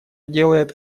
делает